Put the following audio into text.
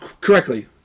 correctly